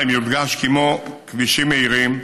יודגש כי כמו כבישים מהירים,